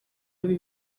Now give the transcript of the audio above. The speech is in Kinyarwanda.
ibi